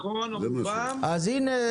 הינה,